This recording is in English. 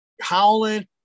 howling